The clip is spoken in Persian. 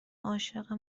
عاشق